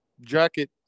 jacket